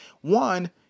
One